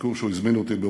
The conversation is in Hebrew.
ביקור שהוא הזמין אותי אליו,